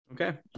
Okay